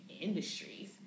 industries